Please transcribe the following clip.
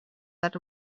that